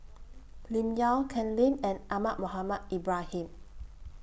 Lim Yau Ken Lim and Ahmad Mohamed Ibrahim